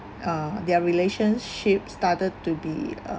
uh their relationship started to be uh